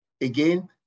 Again